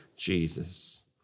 Jesus